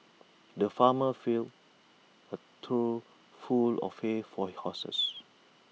the farmer filled A trough full of hay for horses